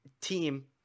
team